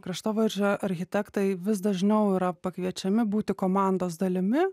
kraštovaizdžio architektai vis dažniau yra pakviečiami būti komandos dalimi